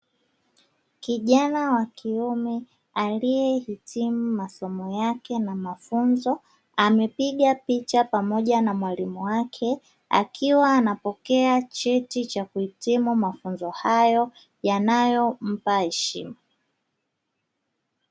Kijana wa kiume aliyehitimu masomo yake na mafunzo amepiga picha pamoja na mwalimu wake akiwa anapokea cheti cha kuhitimu mafunzo hayo yanayompa heshima.